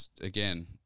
Again